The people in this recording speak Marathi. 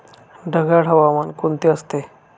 ढगाळ हवामान कोणते असते?